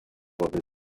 older